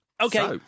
okay